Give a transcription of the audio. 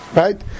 right